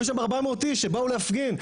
היו שם 400 איש שבאו להפגין,